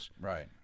Right